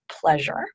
pleasure